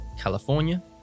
California